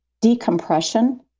decompression